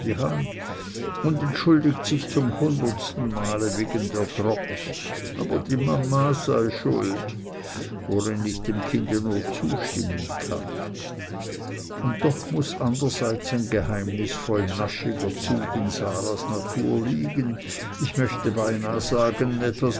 und entschuldigt sich zum hundertsten male wegen der drops aber die mama sei schuld worin ich dem kinde nur zustimmen kann und doch muß andererseits ein geheimnisvoll naschiger zug in sarahs natur liegen ich möchte beinahe sagen etwas